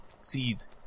Seeds